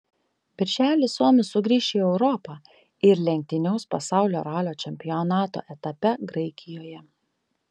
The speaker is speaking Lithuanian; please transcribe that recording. birželį suomis sugrįš į europą ir lenktyniaus pasaulio ralio čempionato etape graikijoje